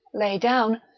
lay down,